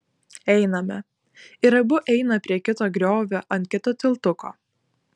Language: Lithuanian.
einame ir abu eina prie kito griovio ant kito tiltuko